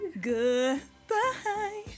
goodbye